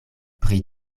pri